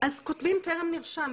אז כותבים 'טרם נרשם'.